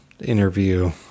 interview